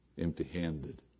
empty-handed